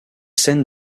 scènes